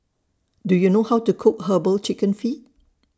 Do YOU know How to Cook Herbal Chicken Feet